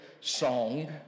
song